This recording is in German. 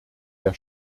der